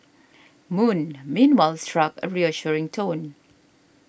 moon meanwhile struck a reassuring tone